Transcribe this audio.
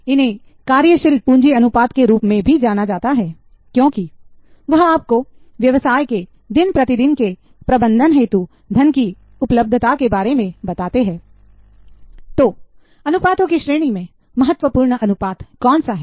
इन्हें कार्यशील पूंजी अनुपात के रूप में भी जाना जाता है क्योंकि वह आपको व्यवसाय के दिन प्रतिदिन के प्रबंधन हेतु धन की उपलब्धता के बारे में बताते हैं तो अनुपातों की श्रेणी में महत्वपूर्ण अनुपात कौन सा है